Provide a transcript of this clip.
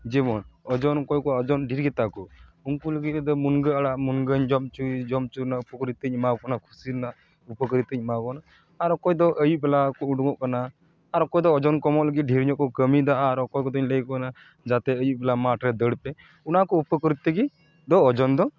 ᱡᱮᱢᱚᱱ ᱚᱡᱚᱱ ᱚᱠᱚᱭ ᱠᱚᱣᱟᱜ ᱚᱡᱚᱱ ᱰᱷᱮᱨ ᱜᱮᱛᱟ ᱠᱚ ᱩᱱᱠᱩ ᱞᱟᱹᱜᱤᱫ ᱛᱮᱫᱚ ᱢᱩᱱᱜᱟᱹ ᱟᱲᱟᱜ ᱢᱩᱱᱜᱟᱹᱧ ᱡᱚᱢ ᱚᱪᱚᱭᱡᱚᱢ ᱚᱪᱚ ᱨᱮᱱᱟᱜ ᱩᱯᱚᱠᱟᱨᱤ ᱛᱟᱧ ᱮᱢᱟᱣᱟᱠᱚ ᱠᱟᱱᱟ ᱠᱩᱥᱤ ᱨᱮᱱᱟᱜ ᱩᱯᱚᱠᱟᱨᱤ ᱛᱟᱧ ᱮᱢᱟᱣᱟ ᱠᱚ ᱠᱟᱱᱟ ᱟᱨ ᱚᱠᱚᱭ ᱫᱚ ᱟᱹᱭᱩᱵ ᱵᱮᱞᱟ ᱩᱰᱩᱝ ᱚᱜ ᱠᱟᱱᱟ ᱟᱨ ᱚᱠᱚᱭ ᱫᱚ ᱚᱡᱚᱱ ᱠᱚᱢᱚᱜ ᱞᱟᱹᱜᱤᱫ ᱰᱷᱮᱨ ᱧᱚᱜ ᱠᱚ ᱠᱟᱹᱢᱤᱭᱮᱫᱟ ᱟᱨ ᱚᱠᱚᱭ ᱠᱚᱫᱚ ᱞᱟᱹᱭᱟᱠᱚ ᱠᱟᱱᱟ ᱡᱟᱛᱮ ᱟᱹᱭᱩᱵ ᱵᱮᱞᱟ ᱢᱟᱴ ᱨᱮ ᱫᱟᱹᱲ ᱯᱮ ᱚᱱᱟ ᱠᱚ ᱩᱯᱚᱠᱟᱨᱤᱛ ᱛᱮᱜᱮ ᱫᱚ ᱚᱡᱚᱱ ᱫᱚ